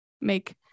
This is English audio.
make